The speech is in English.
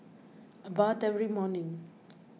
I bathe every morning